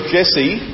Jesse